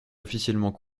officiellement